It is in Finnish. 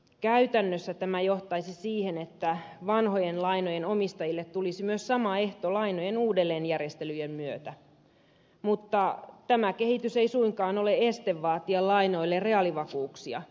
käytännössä tämä johtaisi siihen että vanhojen lainojen omistajille tulisi sama ehto myös lainojen uudelleenjärjestelyjen myötä mutta tämä kehitys ei suinkaan ole este vaatia lainoille reaalivakuuksia päinvastoin